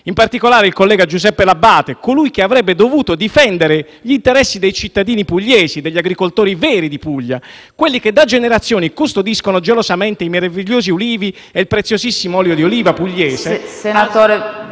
In particolare, il collega Giuseppe L'Abbate, colui che avrebbe dovuto difendere gli interessi dei cittadini pugliesi, degli agricoltori veri di Puglia, quelli che da generazioni custodiscono gelosamente i meravigliosi ulivi e il preziosissimo olio di oliva pugliese,